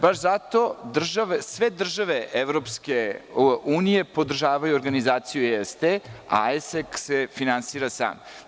Baš zato sve države EU podržavaju organizaciju IAESTE, a AIESEC se finansira sam.